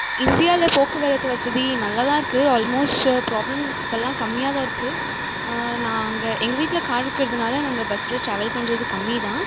இந்தியாவில் போக்குவரத்து வசதி நல்லா தான் இருக்கு ஆல்மோஸ்ட்டு ப்ராப்ளம் இப்போல்லா கம்மியாக தான் இருக்கு நாங்கள் எங்கள் வீட்டில் கார்ருக்கறதினால நாங்கள் பஸ்ஸில் ட்ராவல் பண்ணுறது கம்மி தான்